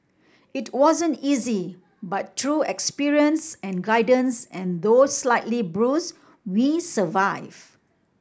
it wasn't easy but through experience and guidance and though slightly bruise we survive